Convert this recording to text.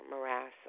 morass